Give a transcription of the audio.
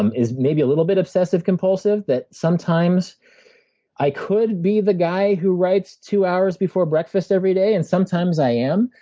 is maybe a little bit obsessive-compulsive, that sometimes i could be the guy who writes two hours before breakfast every day, and sometimes i am.